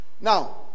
Now